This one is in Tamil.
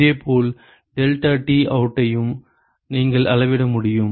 இதேபோல் டெல்டாடி அவுட்டையும் நீங்கள் அளவிட முடியும்